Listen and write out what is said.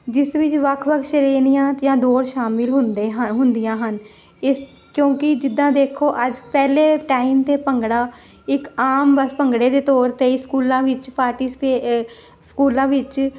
ਜਿਸ ਵਿੱਚ ਵੱਖ ਵੱਖ ਸ਼੍ਰੇਣੀਆਂ ਦੀਆਂ ਦੌਰ ਸ਼ਾਮਿਲ ਹੁੰਦੇ ਹਨ ਹੁੰਦੀਆਂ ਹਨ ਇਸ ਕਿਉਂਕਿ ਜਿੱਦਾਂ ਦੇਖੋ ਅੱਜ ਪਹਿਲੇ ਟਾਈਮ 'ਤੇ ਭੰਗੜਾ ਇੱਕ ਆਮ ਬਸ ਭੰਗੜੇ ਦੇ ਤੌਰ 'ਤੇ ਹੀ ਸਕੂਲਾਂ ਵਿੱਚ ਪਾਰਟੀਸਪੇ ਸਕੂਲਾਂ ਵਿੱਚ